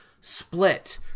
split